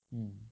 mm